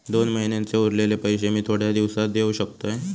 दोन महिन्यांचे उरलेले पैशे मी थोड्या दिवसा देव शकतय?